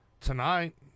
tonight